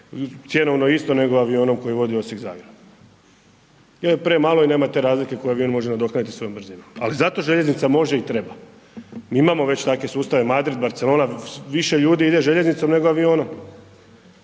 cjenovno isto nego avionom koji vozi Osijek-Zagreb jer premalo je i nema te razlike koju avion može nadoknaditi svojom brzinom, ali zato željeznica može i treba. Mi imamo već takve sustave, Madrid, Barcelona, više ljudi ide željeznicom, nego avionom